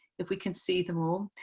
if we can see them all.